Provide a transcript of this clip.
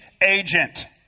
agent